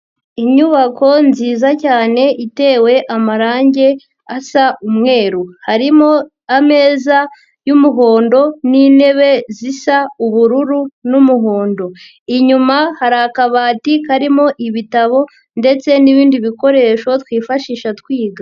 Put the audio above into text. Inyubako nziza cyane itewe amarangi asa umweru harimo ameza y'umuhondo n'intebe zisa ubururu n'umuhondo, inyuma hari akabati karimo ibitabo ndetse n'ibindi bikoresho twifashisha twiga.